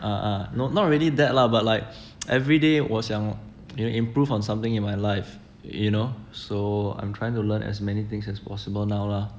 ah ah not really that lah but like everyday 我想 you know improve on something in my life you know so I'm trying to learn as many things as possible now lah